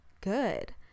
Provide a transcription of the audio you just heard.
good